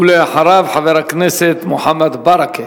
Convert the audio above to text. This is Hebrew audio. אחריו, חבר הכנסת מוחמד ברכה.